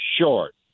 short